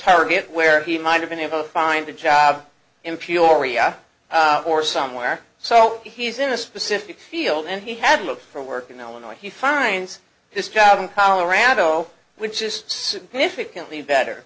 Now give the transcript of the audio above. target where he might have been able to find a job in peoria or somewhere so he's in a specific field and he had looked for work in illinois he finds his job in colorado which is